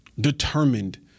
determined